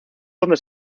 donde